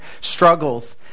Struggles